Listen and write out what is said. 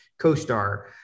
CoStar